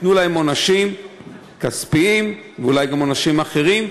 ייתנו להם עונשים כספיים ואולי גם עונשים אחרים,